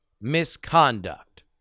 misconduct